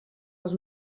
als